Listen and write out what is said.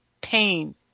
Pain